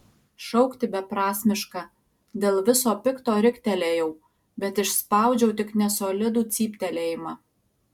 šaukti beprasmiška dėl viso pikto riktelėjau bet išspaudžiau tik nesolidų cyptelėjimą